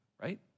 right